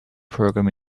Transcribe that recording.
program